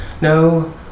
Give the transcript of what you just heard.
no